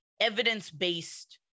evidence-based